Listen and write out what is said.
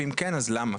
ואם כן אז למה.